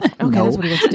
Okay